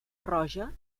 roja